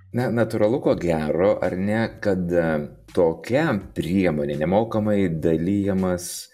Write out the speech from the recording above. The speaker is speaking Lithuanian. na natūralu ko gero ar ne kad tokia priemonė nemokamai dalijamas